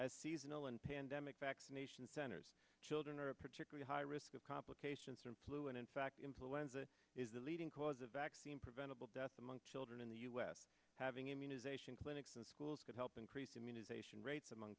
as seasonal and pandemic vaccination center's children are a particularly high risk of complications from flu and in fact influenza is the leading cause of vaccine preventable deaths among children in the u s having immunization clinics and schools could help increase immunization rates among